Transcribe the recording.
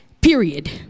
period